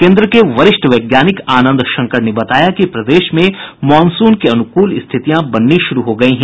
केन्द्र के वरिष्ठ वैज्ञानिक आनंद शंकर ने बताया कि प्रदेश में मॉनसून के अनुकूल स्थितियां बननी शुरू हो गयी हैं